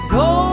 go